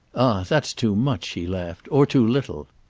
that's too much, he laughed or too little!